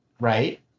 right